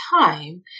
time